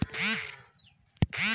तेहार लगवार लोन कतला कसोही?